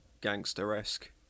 gangster-esque